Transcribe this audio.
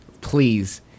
please